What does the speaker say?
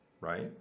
right